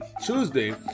Tuesday